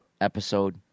episode